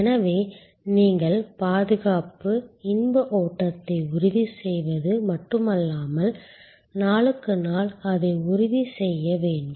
எனவே நீங்கள் பாதுகாப்பு பாதுகாப்பு இன்ப ஓட்டத்தை உறுதி செய்வது மட்டுமல்லாமல் நாளுக்கு நாள் அதை உறுதி செய்ய வேண்டும்